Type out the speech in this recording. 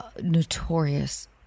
notorious